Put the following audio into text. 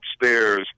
upstairs